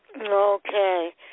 Okay